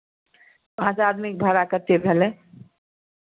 पाँच आदमीके भाड़ा कतेक भेलै